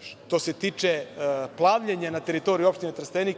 što se tiče plavljenja na teritoriji opštine Trstenik,